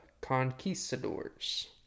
conquistadors